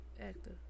actor